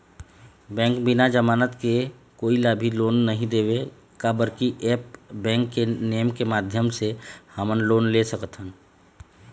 Bank बिना जमानत के कोई ला भी लोन नहीं देवे का बर की ऐप बैंक के नेम के माध्यम से हमन लोन ले सकथन?